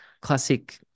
classic